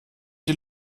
die